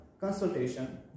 consultation